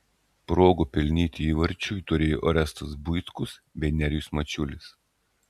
progų pelnyti įvarčiui turėjo orestas buitkus bei nerijus mačiulis